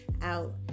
out